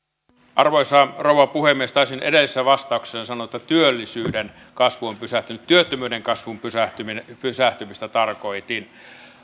arvoisa rouva puhemies taisin edellisessä vastauksessani sanoa että työllisyyden kasvu on pysähtynyt työttömyyden kasvun pysähtymistä pysähtymistä tarkoitin